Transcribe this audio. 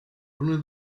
only